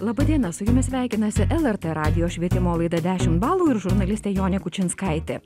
laba diena su jumis sveikinasi lrt radijo švietimo laida dešimt balų ir žurnalistė jonė kučinskaitė